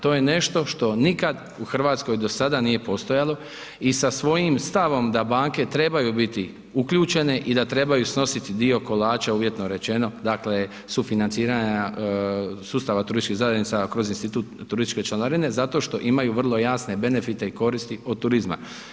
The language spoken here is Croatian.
To je nešto što nikad u RH do sada nije postojalo i sa svojim stavom da banke trebaju biti uključene i da trebaju snositi dio kolača, uvjetno rečeno, dakle, sufinanciranja sustava turističkih zajednica kroz institut turističke članarine zato što imaju vrlo jasne benefite i koristi od turizma.